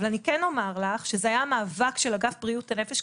אבל אני כן אומר לך שזה היה מאבק של אגף בריאות הנפש,